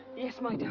yes, my